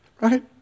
right